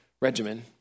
regimen